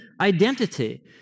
identity